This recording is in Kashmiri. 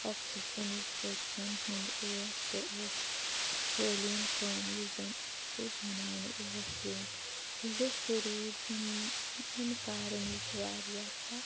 اوکپیشن یُس کٲشریٚن ہُنٛد اوس سُہ اوس قٲلیٖن کٲم یُس زَن اَتھہٕ سۭتۍ بَناونہٕ ٲس یِوان لوٗکھ روٗدۍ اَمہِ اَمہِ اَمہِ کارٕ نش واریاہ پَتھ